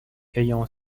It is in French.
ayant